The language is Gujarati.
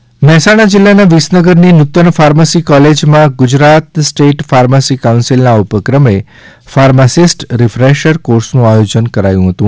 રીફેશર મહેસાણા જિલ્લાના વિસનગરની નૂતન ફાર્મસી કોલેજમાં ગુજરાત સ્ટેટ ફાર્મસી કાઉન્સીલના ઉપક્રમે ફાર્માસિસ્ટ રીફેશર કોર્સનુ આયોજન કરાયુ હતુ